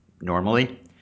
normally